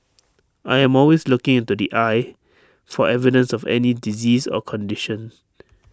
I am always looking into the eye for evidence of any disease or condition